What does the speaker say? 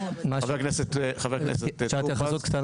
חבר הכנסת טור פז.